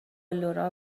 لورا